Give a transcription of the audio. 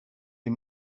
les